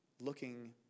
looking